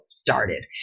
started